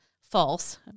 false